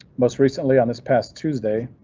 most recently on this past tuesday,